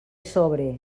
sobre